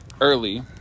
early